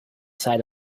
sight